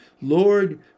Lord